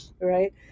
right